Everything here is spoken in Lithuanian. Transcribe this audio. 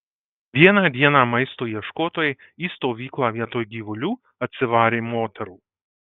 vieną dieną maisto ieškotojai į stovyklą vietoj gyvulių atsivarė moterų